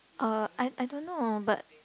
uh I I don't know but